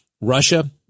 Russia